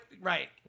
Right